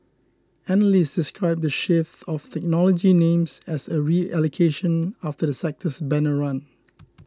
analysts described the shift out of technology names as a reallocation after the sector's banner run